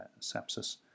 sepsis